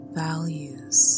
values